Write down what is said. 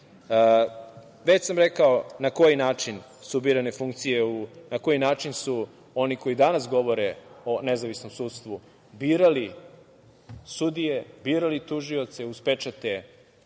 sam rekao na koji način su birane funkcije, na koji način su oni koji danas govore o nezavisnom sudstvu birali sudije, birali tužioce uz pečate